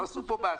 עשו פה מס